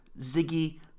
Ziggy